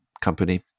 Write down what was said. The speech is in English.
company